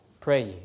pray